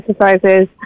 exercises